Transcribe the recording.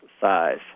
size